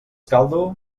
caldo